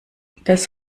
das